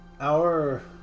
our-